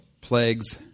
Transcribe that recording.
plagues